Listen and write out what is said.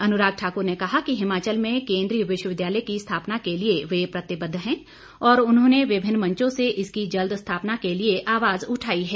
अनुराग ठाकुर ने कहा कि हिमाचल में केन्द्रीय विश्वविद्यालय की स्थापना के लिए वे प्रतिबद्ध है और उन्होंने विभिन्न मंचों से इसकी जल्द स्थापना के लिए आवाज उठाई है